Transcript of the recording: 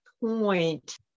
point